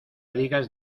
digas